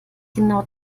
genau